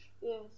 Yes